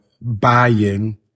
buying